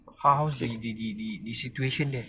how's the the the the the situation there